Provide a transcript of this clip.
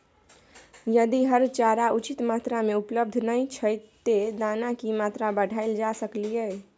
यदि हरा चारा उचित मात्रा में उपलब्ध नय छै ते दाना की मात्रा बढायल जा सकलिए?